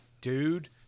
dude